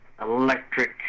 electric